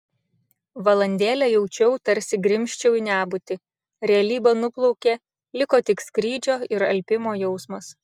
valandėlę jaučiau tarsi grimzčiau į nebūtį realybė nuplaukė liko tik skrydžio ir alpimo jausmas